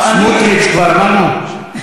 סמוּטריץ כבר אמרנו?